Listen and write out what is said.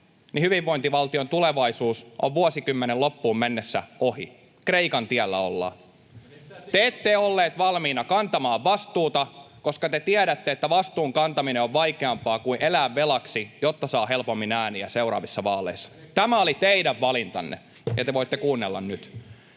hyvinvointivaltion tulevaisuus on vuosikymmenen loppuun mennessä ohi, Kreikan tiellä ollaan. [Timo Harakan välihuuto] Te ette olleet valmiina kantamaan vastuuta, koska te tiedätte, että vastuun kantaminen on vaikeampaa kuin elää velaksi, jotta saa helpommin ääniä seuraavissa vaaleissa. Tämä oli teidän valintanne. — Ja te voitte kuunnella nyt.